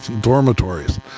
dormitories